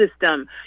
system